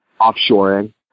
offshoring